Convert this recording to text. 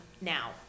now